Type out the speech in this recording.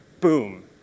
Boom